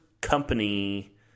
company